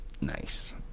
Nice